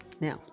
Now